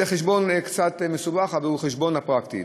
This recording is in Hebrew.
זה חשבון קצת מסובך, אבל הוא חשבון פרקטי.